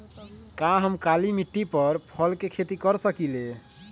का हम काली मिट्टी पर फल के खेती कर सकिले?